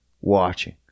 watching